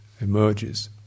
emerges